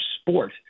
sport